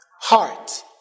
heart